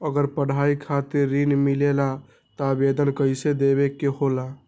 अगर पढ़ाई खातीर ऋण मिले ला त आवेदन कईसे देवे के होला?